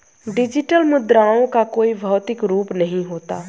digital मुद्राओं का कोई भौतिक रूप नहीं होता